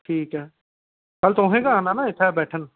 ठीक ऐ कल तुसें गै आना ना इत्थै बैठन